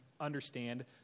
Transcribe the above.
understand